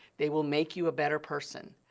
they will make you a better person.